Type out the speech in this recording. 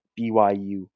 BYU